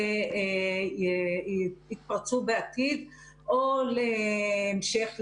שיתפרצו בעתיד או להמשך,